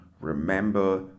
remember